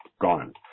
gone